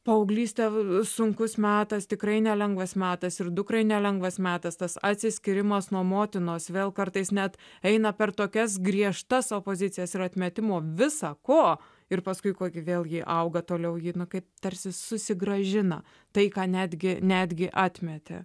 paauglystė sunkus metas tikrai nelengvas metas ir dukrai nelengvas metas tas atsiskyrimas nuo motinos vėl kartais net eina per tokias griežtas opozicijas ir atmetimo visa ko ir paskui kokį vėl ji auga toliau ji kaip tarsi susigrąžina tai ką netgi netgi atmetė